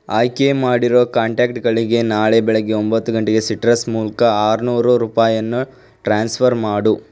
ಆಯ್ಕೆ ಮಾಡಿರೋ ಕಾಂಟ್ಯಾಕ್ಟ್ಗಳಿಗೆ ನಾಳೆ ಬೆಳಗ್ಗೆ ಒಂಬತ್ತು ಗಂಟೆಗೆ ಸಿಟ್ರಸ್ ಮೂಲಕ ಆರುನೂರು ರೂಪಾಯಿಯನ್ನು ಟ್ರಾನ್ಸ್ಫರ್ ಮಾಡು